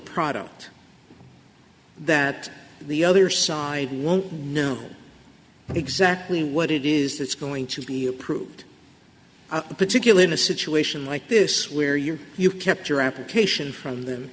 product that the other side won't know exactly what it is that's going to be approved particularly in a situation like this where you you kept your application from the